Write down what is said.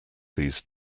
these